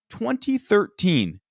2013